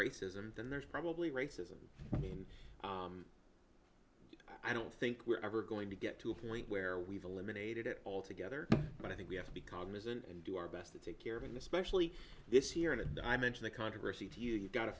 racism then there's probably racism i mean i don't think we're ever going to get to a point where we've eliminated it altogether but i think we have to be cognizant and do our best to take care of and especially this year and i mention the controversy to you got a